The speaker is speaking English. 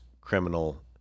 criminal